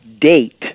date